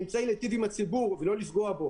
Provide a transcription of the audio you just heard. היא אמצעי להיטיב עם הציבור ולא לפגוע בו.